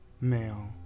male